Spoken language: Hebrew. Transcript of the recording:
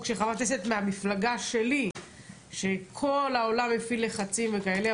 שחבר כנסת מהמפלגה שלי שכל העולם הפעיל לחצים וכאלה,